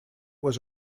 was